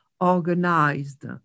organized